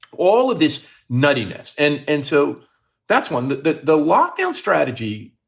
all of this nuttiness. and and so that's one that the the lockdown strategy.